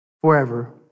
forever